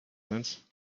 sense